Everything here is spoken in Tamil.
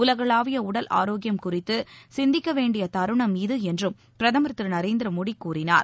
உலகளாவிய உடல் ஆரோக்கியம் குறித்து சிந்திக்க வேண்டிய தருணம் இது என்றம் பிரதமர் திரு நரேந்திரமோடி கூறினார்